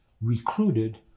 recruited